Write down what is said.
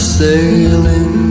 sailing